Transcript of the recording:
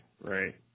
right